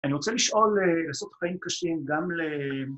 אני רוצה לשאול לעשות חיים קשים גם ל...